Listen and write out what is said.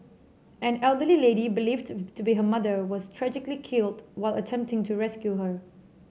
an elderly lady believed to be her mother was tragically killed while attempting to rescue her